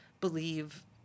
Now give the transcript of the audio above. believe